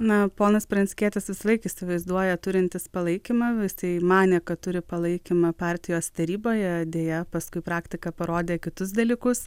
na ponas pranckietis visąlaik įsivaizduoja turintis palaikymą jisai manė kad turi palaikymą partijos taryboje deja paskui praktika parodė kitus dalykus